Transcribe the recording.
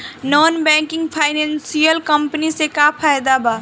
Non banking financial company से का फायदा बा?